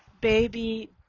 baby